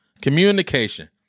communication